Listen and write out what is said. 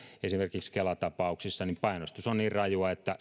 esimerkiksi kela tapauksissa painostus on niin rajua että